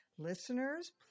Listeners